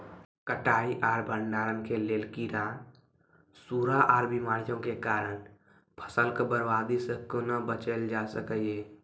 कटाई आर भंडारण के लेल कीड़ा, सूड़ा आर बीमारियों के कारण फसलक बर्बादी सॅ कूना बचेल जाय सकै ये?